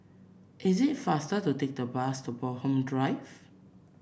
is it faster to take the bus to Bloxhome Drive